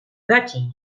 bugatti